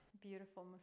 Beautiful